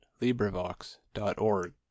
LibriVox.org